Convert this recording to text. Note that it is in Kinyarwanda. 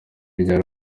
ryari